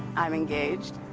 i'm engaged.